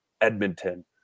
Edmonton